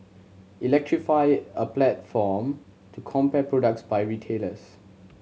electrify a platform to compare products by retailers